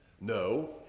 No